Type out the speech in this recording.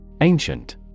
Ancient